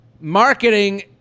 marketing